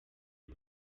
hay